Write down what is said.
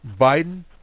Biden